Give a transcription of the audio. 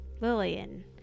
Lillian